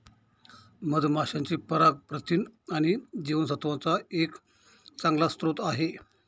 मधमाशांचे पराग प्रथिन आणि जीवनसत्त्वांचा एक चांगला स्रोत आहे